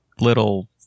little